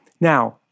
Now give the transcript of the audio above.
Now